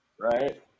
right